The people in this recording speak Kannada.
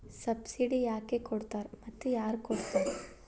ಸಬ್ಸಿಡಿ ಯಾಕೆ ಕೊಡ್ತಾರ ಮತ್ತು ಯಾರ್ ಕೊಡ್ತಾರ್?